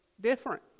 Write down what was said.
different